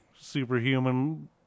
superhuman